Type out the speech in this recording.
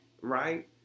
right